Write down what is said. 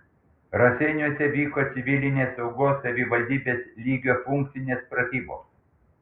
raseiniuose vyko civilinės saugos savivaldybės lygio funkcinės pratybos